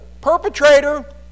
perpetrator